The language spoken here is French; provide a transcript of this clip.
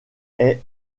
est